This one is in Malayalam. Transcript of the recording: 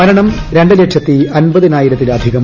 മരണം രണ്ട് ലക്ഷത്തി അമ്പതിനായിരത്തിലധികം